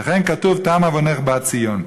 לכן כתוב: "תם עוֶנך בת ציון".